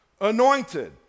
anointed